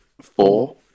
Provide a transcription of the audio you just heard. four